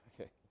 Okay